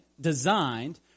designed